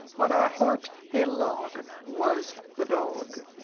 on our hearts a log was the dog!